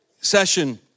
session